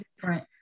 different